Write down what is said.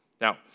Now